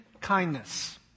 kindness